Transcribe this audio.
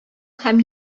һәм